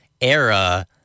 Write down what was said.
era